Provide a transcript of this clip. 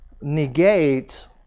negate